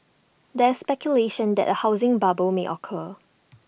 there is speculation that A housing bubble may occur